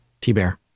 T-Bear